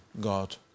God